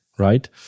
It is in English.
right